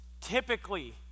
typically